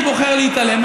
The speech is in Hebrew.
אבל ממנה אני בוחר להתעלם,